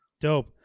Dope